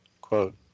Quote